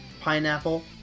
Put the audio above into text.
pineapple